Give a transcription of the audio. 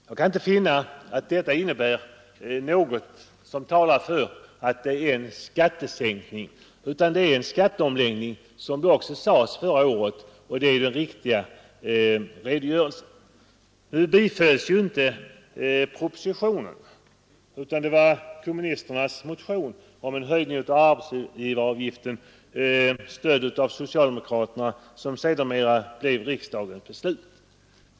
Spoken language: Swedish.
Jag kan inte finna att detta innebär något som talar för en skattesänkning, utan det är en skatteomläggning, vilket också framgick av propositionen nr 95. Detta var den sakligt riktiga redogörelsen. Emellertid bifölls inte propositionen, utan det var kommunisternas motion om en höjning av arbetsgivaravgiften, stödd av socialdemokraterna, som sedermera blev riksdagens beslut.